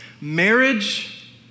marriage